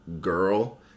girl